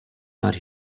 out